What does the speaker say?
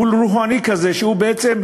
מול רוחאני כזה,